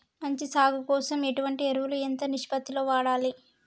మంచి సాగు కోసం ఎటువంటి ఎరువులు ఎంత నిష్పత్తి లో వాడాలి?